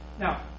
Now